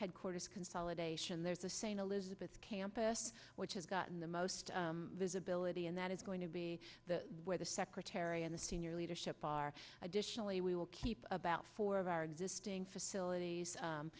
headquarters consolidation there's a saying elizabeth campus which has gotten the most visibility and that is going to be the where the secretary and the senior leadership are additionally we will keep about four of our existing facilities